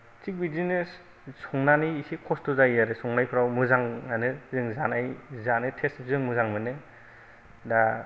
थिग बिदिनो संनानै इसे खस्थ' जायो आरो संनायफ्राव मोजाङानो जों जानाय जानो टेस्ट जों मोजां मोनो दा